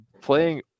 playing